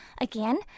Again